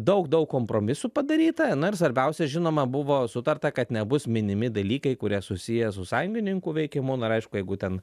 daug daug kompromisų padaryta na ir svarbiausia žinoma buvo sutarta kad nebus minimi dalykai kurie susiję su sąjungininkų veikimu na ir aišku jeigu ten